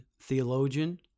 theologian